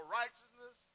righteousness